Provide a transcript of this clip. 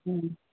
हूँ